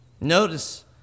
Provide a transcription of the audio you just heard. Notice